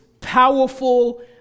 powerful